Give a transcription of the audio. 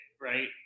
right